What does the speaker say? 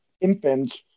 infants